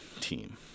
team